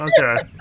Okay